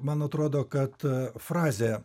man atrodo kad frazė